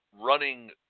running